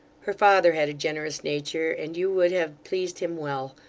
her father had a generous nature, and you would have pleased him well.